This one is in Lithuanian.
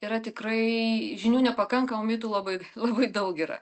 yra tikrai žinių nepakanka mitų labai labai daug yra